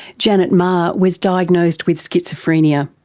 janet meagher was diagnosed with schizophrenia,